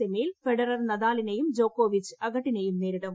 സെമിയിൽ ഫെഡറർ നദാലിനെയും ജോക്കോവിച്ച് അഗട്ടിനെയും നേരിടും